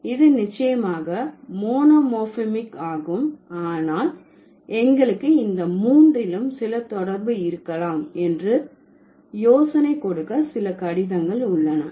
இது நிச்சயமாக மோனோமோர்பமிக் ஆகும் ஆனால் எங்களுக்கு இந்த மூன்றிலும் சில தொடர்பு இருக்கலாம் என்று யோசனை கொடுக்க சில கடிதங்கள் உள்ளன